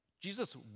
Jesus